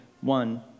one